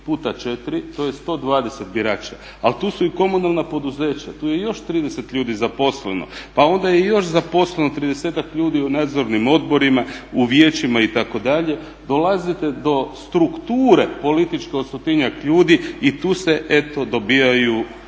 puta 4 to je 120 birača, ali tu su i komunalna poduzeća, tu je još 30 ljudi zaposleno. Pa onda je još zaposleno 30-ak ljudi u Nadzornim odborima, u vijećima itd. Dolazite do strukture političke od 100-tinjak ljudi i tu se eto dobivaju